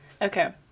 Okay